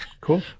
cool